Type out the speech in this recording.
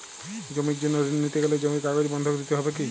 জমির জন্য ঋন নিতে গেলে জমির কাগজ বন্ধক দিতে হবে কি?